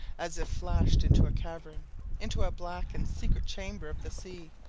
as if flashed into a cavern into a black and secret chamber of the sea,